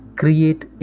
create